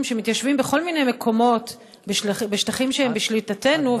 שמתיישבים בכל מיני מקומות בשטחים שהם בשליטתנו,